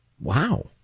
Wow